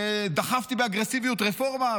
שדחפתי באגרסיביות רפורמה,